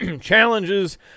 challenges